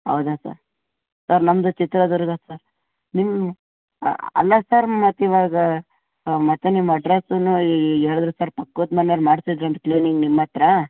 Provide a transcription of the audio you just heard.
ಹೌದಾ sir sir ನಮ್ಮದು Chitradurga sir ನಿಮ್ಮ ಅಲ್ಲ ಸರ್ ಮತ್ತೆ ಇವಾಗ ಮತ್ತೆ ನಿಮ್ಮ ಅಡ್ರಸ್ಸನ್ನು ಹೇಳದ್ರು ಸರ್ ಪಕ್ಕದ ಮನೆಯವ್ರು ಮಾಡ್ಸಿದ್ರಂತ ಕ್ಲೀನಿಂಗ್ ನಿಮ್ಮತ್ತಿರ